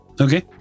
Okay